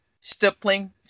Stippling